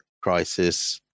crisis